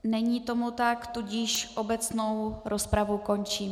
Není tomu tak, tudíž obecnou rozpravu končím.